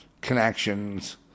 connections